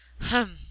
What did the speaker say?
Hum